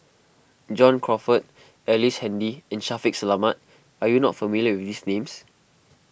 John Crawfurd Ellice Handy and Shaffiq Selamat are you not familiar with these names